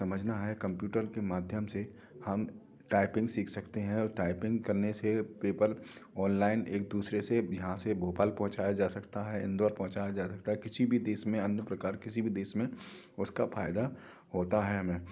समझना है कंप्यूटर के माध्यम से हम टाइपिंग सीख सकते हैं और टाइपिंग करने से पेपल ऑनलाइन एक दूसरे से यहाँ से भोपाल पहुंचाया जा सकता है इंदौर पहुंचाया जा सकता है किसी भी देश में अन्य प्रकार किसी भी देश में उसका फ़ायदा होता है हमें